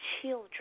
children